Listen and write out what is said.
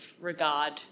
regard